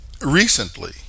Recently